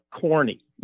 corny